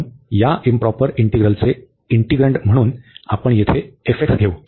म्हणून या इंप्रॉपर इंटीग्रलचे इंटिग्रन्ड म्हणून आपण येथे घेऊ